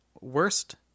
worst